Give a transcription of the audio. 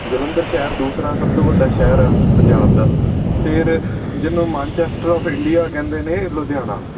ਜਲੰਧਰ ਸ਼ਹਿਰ ਦੂਸਰਾ ਸਭ ਤੋਂ ਵੱਡਾ ਸ਼ਹਿਰ ਆ ਪੰਜਾਬ ਦਾ ਫਿਰ ਜਿਹਨੂੰ ਮਾਨਚੈਸਟਰ ਔਫ ਇੰਡੀਆ ਕਹਿੰਦੇ ਨੇ ਲੁਧਿਆਣਾ